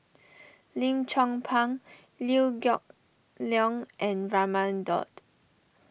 Lim Chong Pang Liew Geok Leong and Raman Daud